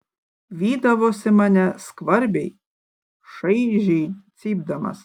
vydavosi mane skvarbiai šaižiai cypdamas